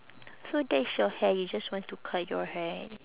so that's your hair you just want to cut your hair